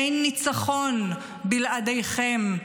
אין ניצחון בלעדיכם,